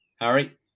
Harry